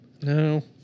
No